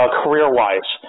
career-wise